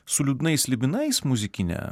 su liūdnais slibinais muzikine